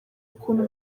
ukuntu